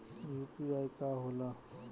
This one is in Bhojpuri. यू.पी.आई का होला?